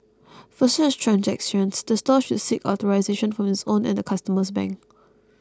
for such transactions the store should seek authorisation from its own and the customer's bank